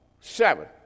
seven